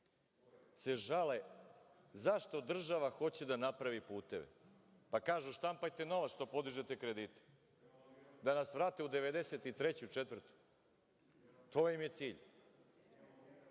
čak žale zašto država hoće da napravi puteve. Pa kažu – štampajte novac, što podižete kredite. Hoće da nas vrate u 1993, 1994. godinu. To im je cilj.